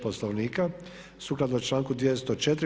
Poslovnika, sukladno članku 204.